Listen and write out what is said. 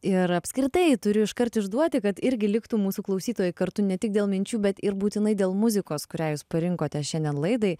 ir apskritai turiu iškart išduoti kad irgi liktų mūsų klausytojai kartu ne tik dėl minčių bet ir būtinai dėl muzikos kurią jūs parinkote šiandien laidai